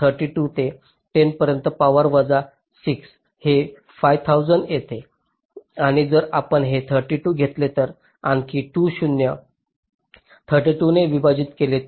32 ते 10 पर्यंत पॉवर वजा 6 हे 5000 येते आणि जर आपण हे 32 घेतले तर आणखी 2 शून्य 32 ने विभाजित केले